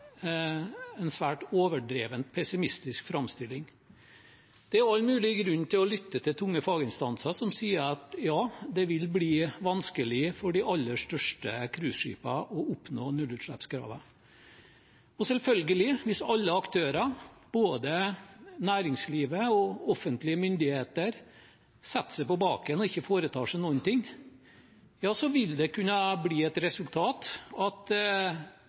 en svært overdrevet, pessimistisk framstilling. Det er all mulig grunn til å lytte til tunge faginstanser som sier at det vil bli vanskelig for de aller største cruiseskipene å oppnå nullutslippskravet. Og selvfølgelig – hvis alle aktører, både næringslivet og offentlige myndigheter, setter seg på baken og ikke foretar seg noen ting, vil resultatet kunne bli